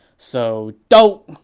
so, doh!